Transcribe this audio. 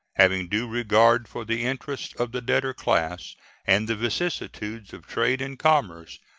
having due regard for the interests of the debtor class and the vicissitudes of trade and commerce,